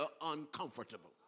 uncomfortable